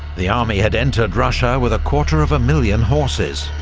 the army had entered russia with quarter of a million horses,